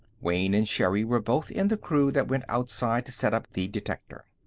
wayne and sherri were both in the crew that went outside to set up the detector.